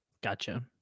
Gotcha